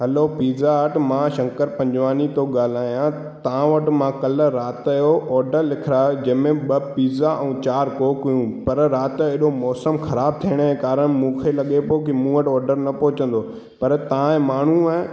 hello pizza hut मां शंकर पंजवाणी थो ॻाल्हायां तव्हां वटि मां कल्ह राति जो ऑडर लिखिरायो जंहिंमें ॿ पिज़्ज़ा ऐं चार कोक हुयूं पर राति एॾो मौसम ख़राबु थियणु कारणु मूंखे लॻे पियो की मूं वटि ऑडर न पहुचंदो पर तव्हांजे माण्हूअ